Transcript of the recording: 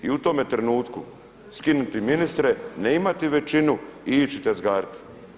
I u tome trenutku skinuti ministre, ne imati većinu i ići tezgariti.